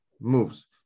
moves